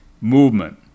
movement